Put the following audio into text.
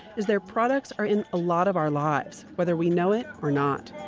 is their products are in a lot of our lives, whether we know it or not.